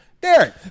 Derek